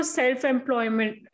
self-employment